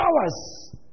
hours